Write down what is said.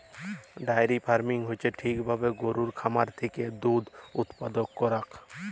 diary farming হচ্যে ঠিক ভাবে গরুর খামার থেক্যে দুধ উপাদান করাক